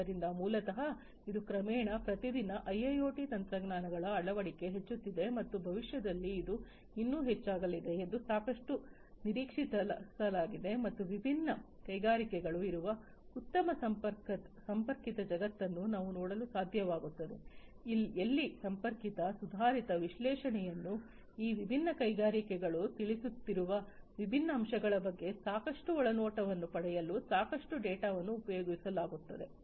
ಆದ್ದರಿಂದ ಮೂಲತಃ ಇದು ಕ್ರಮೇಣ ಪ್ರತಿದಿನ ಐಐಒಟಿ ತಂತ್ರಜ್ಞಾನಗಳ ಅಳವಡಿಕೆ ಹೆಚ್ಚುತ್ತಿದೆ ಮತ್ತು ಭವಿಷ್ಯದಲ್ಲಿ ಅದು ಇನ್ನೂ ಹೆಚ್ಚಾಗಲಿದೆ ಎಂದು ಸಾಕಷ್ಟು ನಿರೀಕ್ಷಿಸಲಾಗಿದೆ ಮತ್ತು ವಿಭಿನ್ನ ಕೈಗಾರಿಕೆಗಳು ಇರುವ ಉತ್ತಮ ಸಂಪರ್ಕಿತ ಜಗತ್ತನ್ನು ನಾವು ನೋಡಲು ಸಾಧ್ಯವಾಗುತ್ತದೆ ಎಲ್ಲಿ ಸಂಪರ್ಕಿತ ಸುಧಾರಿತ ವಿಶ್ಲೇಷಣೆಯನ್ನು ಈ ವಿಭಿನ್ನ ಕೈಗಾರಿಕೆಗಳು ತಿಳಿಸುತ್ತಿರುವ ವಿಭಿನ್ನ ಅಂಶಗಳ ಬಗ್ಗೆ ಸಾಕಷ್ಟು ಒಳನೋಟವನ್ನು ಪಡೆಯಲು ಸಾಕಷ್ಟು ಡೇಟಾವನ್ನು ಉಪಯೋಗಿಸಲಾಗುತ್ತದೆ